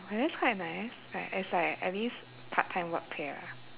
oh that's quite nice like it's like at least part time work pay ah